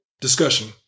discussion